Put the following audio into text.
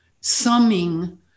summing